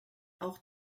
auch